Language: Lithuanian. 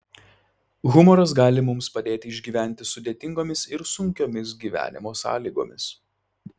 humoras gali mums padėti išgyventi sudėtingomis ir sunkiomis gyvenimo sąlygomis